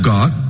God